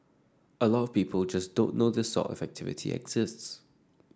a lot of people just don't know this sort of activity exists